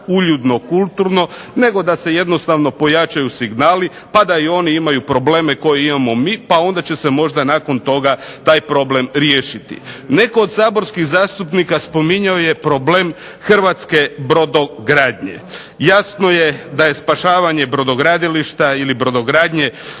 uljudno, kulturno, nego da se jednostavno pojačaju signali pa da i oni imaju probleme koje imamo mi, pa onda će se možda nakon toga taj problem riješiti. Netko od saborskih zastupnika spominjao je problem hrvatske brodogradnje. Jasno je da je spašavanje brodogradilišta ili brodogradnje